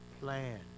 plan